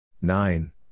Nine